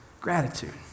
gratitude